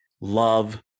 love